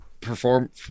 perform